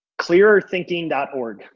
Clearerthinking.org